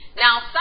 Now